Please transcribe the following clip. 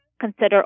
consider